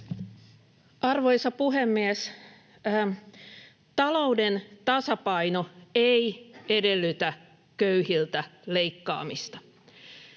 Arvoisa puhemies! Talouden tasapaino ei edellytä köyhiltä leikkaamista.